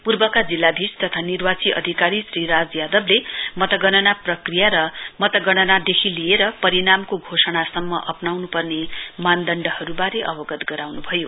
पूर्वका जिल्लाधीश तथा निर्वाची अधिकारी श्री राज यादवले मतगणना प्रक्रिया र परिणामको घोषणासम्म अप्राउनुपर्ने मानदण्डबारे अवगत गराउनुभयो